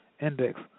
index